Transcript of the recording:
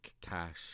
cash